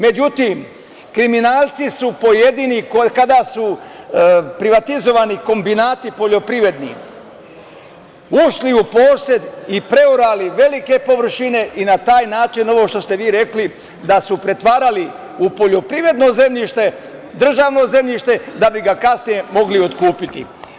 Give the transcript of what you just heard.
Međutim, pojedini kriminalci, kada su privatizovani kombinati poljoprivredni, ušli su u posed i preorali velike površine i na taj način, ovo što ste vi rekli, pretvarali su u poljoprivredno zemljište državno zemljište da bi ga kasnije mogli otkupiti.